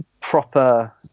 proper